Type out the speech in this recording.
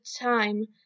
time